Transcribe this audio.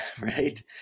right